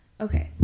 Okay